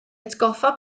atgoffa